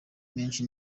menshi